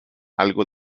algo